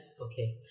Okay